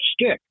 stick